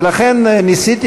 ולכן ניסיתי,